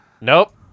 Nope